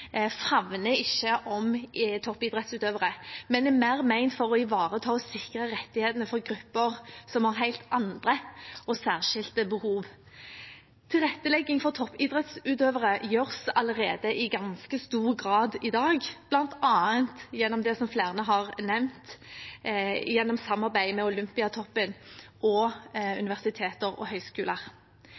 favner ikke om toppidrettsutøvere, men er mer ment å skulle ivareta og sikre rettigheter for grupper som har helt andre og særskilte behov. Tilrettelegging for toppidrettsutøvere gjøres allerede i ganske stor grad i dag, bl.a. gjennom det som flere har nevnt: samarbeidet mellom Olympiatoppen og universiteter og høyskoler.